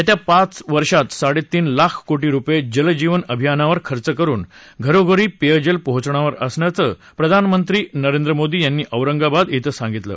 येत्या पाच वर्षांत साडे तीन लाख कोटी रुपये जल जीवन अभियानावर खर्च करून घरोघरी पेयजल पोहोचवणार असल्याचं प्रधानमंत्री नरेंद्र मोदी यांनी औरंगाबाद इथं सांगितलं